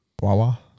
Wawa